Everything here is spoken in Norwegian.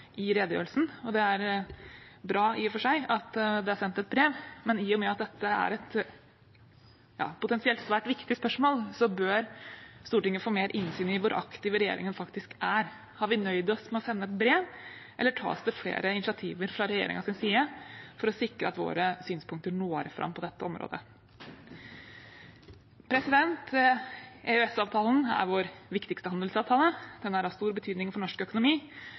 redegjørelsen. Det er i og for seg bra at det er sendt et brev, men i og med at dette er et potensielt svært viktig spørsmål, bør Stortinget få mer innsyn i hvor aktiv regjeringen faktisk er: Har vi nøyd oss med å sende et brev, eller tas det flere initiativ fra regjeringens side for å sikre at våre synspunkter når fram på dette området? EØS-avtalen er vår viktigste handelsavtale. Den er av stor betydning for norsk økonomi,